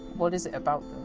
what is it about